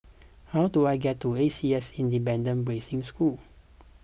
how do I get to A C S Independent Boarding School